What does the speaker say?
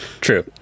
true